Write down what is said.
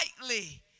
lightly